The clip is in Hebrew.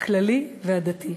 הכללי והדתי.